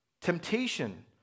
Temptation